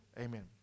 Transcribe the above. Amen